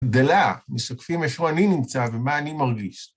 גדלה, משקפים אשר אני נמצא ומה אני מרגיש.